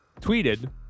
tweeted